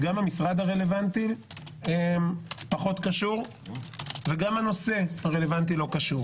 גם המשרד הרלוונטי פחות קשור וגם הנושא לא קשור,